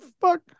fuck